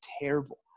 terrible